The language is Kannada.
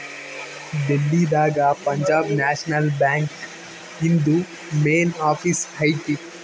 ಡೆಲ್ಲಿ ದಾಗ ಪಂಜಾಬ್ ನ್ಯಾಷನಲ್ ಬ್ಯಾಂಕ್ ಇಂದು ಮೇನ್ ಆಫೀಸ್ ಐತಿ